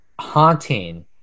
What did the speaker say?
haunting